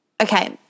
okay